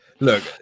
Look